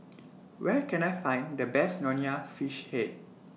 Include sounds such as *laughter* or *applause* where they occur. *noise* Where Can I Find The Best Nonya Fish Head